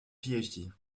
phd